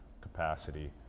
capacity